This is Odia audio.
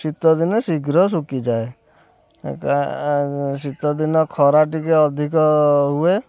ଶୀତ ଦିନେ ଶୀଘ୍ର ଶୁଖିଯାଏ ଶୀତ ଦିନ ଖରା ଟିକେ ଅଧିକ ହୁଏ